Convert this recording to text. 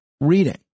Reading